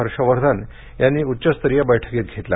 हर्ष वर्धन यांनी उच्चस्तरीय बैठकीत घेतला